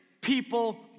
people